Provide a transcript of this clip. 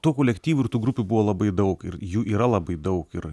tų kolektyvų ir tų grupių buvo labai daug ir jų yra labai daug ir